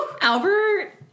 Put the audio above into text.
Albert